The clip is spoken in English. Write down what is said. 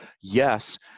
yes